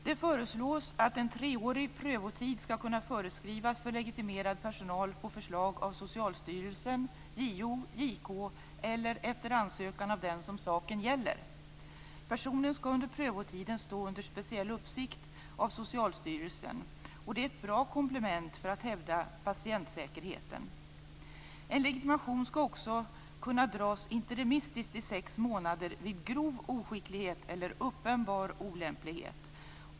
Det föreslås att en treårig prövotid skall kunna föreskrivas för legitimerad personal på förslag av Socialstyrelsen, JO, JK eller efter ansökan av den som saken gäller. Personen skall under prövotiden stå under speciell uppsikt av Socialstyrelsen. Det är ett bra komplement för att hävda patientsäkerheten. En legitimation skall också kunna dras interimistiskt i sex månader vid grov oskicklighet eller uppenbar olämplighet.